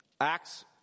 Acts